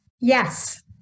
Yes